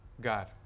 god